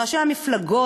ראשי המפלגות,